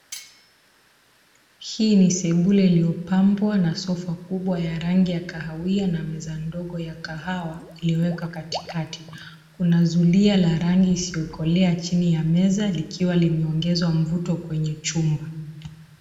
Hii ni sebule iliyopambwa na sofa kubwa ya rangi ya kahawia na meza ndogo ya kahawa liweka katikati. Kuna zulia la rangi isiyokolea chini ya meza likiwa limeongeza mvuto kwenye chumba.